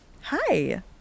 Hi